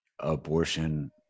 abortion